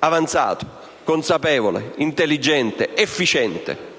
avanzato, consapevole, intelligente, efficiente.